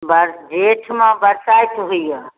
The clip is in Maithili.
बर जेठमे बरसाति होइए